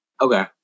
okay